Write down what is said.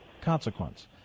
consequence